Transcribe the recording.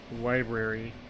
library